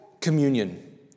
communion